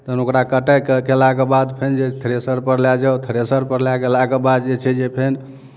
तखन ओकरा कटाइ कयलाके बाद फेर जे थ्रेशरपर लए जाउ थ्रेशरपर लए गेलाके बाद जे छै जे फेर